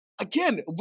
Again